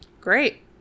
great